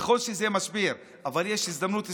נכון שזה משבר, אבל יש הזדמנות היסטורית,